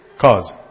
Cause